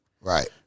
Right